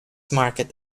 market